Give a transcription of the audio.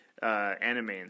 Anime